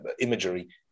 imagery